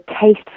taste